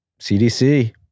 CDC